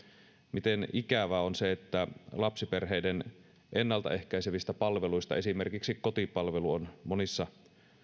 miten ikävää on että lapsiperheiden ennaltaehkäisevistä palveluista esimerkiksi kotipalvelu on monissa